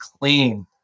clean